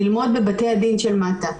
אילמות בבתי הדין של מטה,